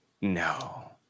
No